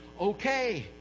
okay